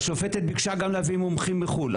השופטת ביקשה גם להביא מומחים מחו"ל,